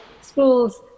schools